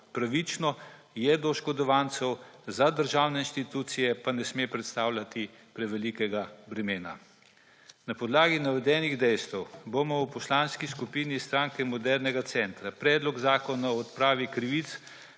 pravična do oškodovancev, za državne inštitucije pa ne sme predstavljati prevelikega bremena. Na podlagi navedenih dejstev bomo v Poslanski skupini Stranke modernega centra Predlog zakona o odpravi krivic